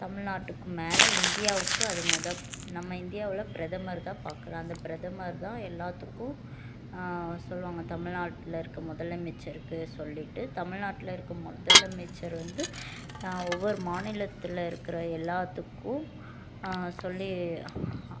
தமிழ்நாட்டுக்கு மேலே இந்தியாவுக்கு அதே மாரி தான் நம்ம இந்தியாவில் பிரதமர்தான் பாக்குறார் அந்த பிரதமர்தான் எல்லாத்துக்கும் சொல்வாங்க தமிழ்நாட்டில் இருக்கற முதலமைச்சருக்கு சொல்லிவிட்டு தமிழ்நாட்டில் இருக்கற முதலமைச்சர் வந்து ஒவ்வொரு மாநிலத்தில் இருக்கிற எல்லாத்துக்கும் சொல்லி